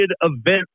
event